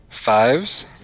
Fives